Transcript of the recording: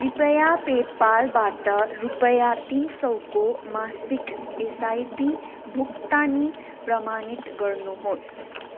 कृपया पे पालबाट रुपियाँ तिन सयको मासिक एसआइपी भुक्तानी प्रमाणित गर्नुहोस्